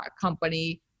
company